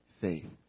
faith